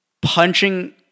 punching